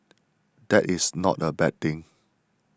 that is not a bad thing